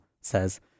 says